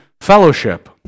fellowship